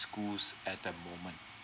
school at the moment